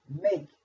make